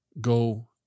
go